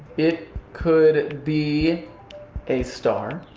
it could be a star.